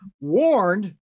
warned